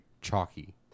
chalky